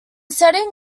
setting